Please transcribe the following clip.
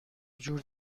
جور